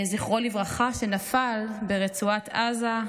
זכרו לברכה, שנפל ברצועת עזה,